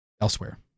Elsewhere